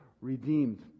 redeemed